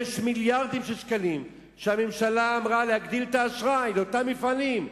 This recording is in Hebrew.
יש מיליארדים של שקלים שהממשלה אמרה להגדיל את האשראי לאותם מפעלים,